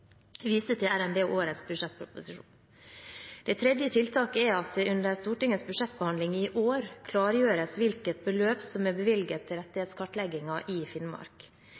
viser til RNB og årets budsjettproposisjon. Det tredje tiltaket er at det under Stortingets budsjettbehandling i år klargjøres hvilket beløp som er bevilget til rettighetskartleggingen i Finnmark.